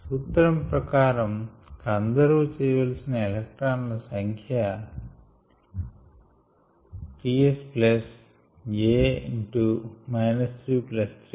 సూత్రం ప్రకారం కంజర్వ్ చేయవలసిన ఎలెక్ట్రాన్ ల సంఖ్య By the principle that the no